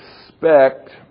expect